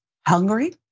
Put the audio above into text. Hungary